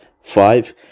five